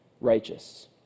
righteous